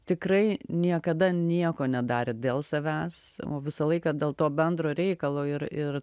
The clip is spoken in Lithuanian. tikrai niekada nieko nedarė dėl savęs visą laiką dėl to bendro reikalo ir ir